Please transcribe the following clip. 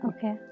Okay